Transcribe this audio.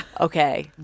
Okay